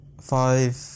five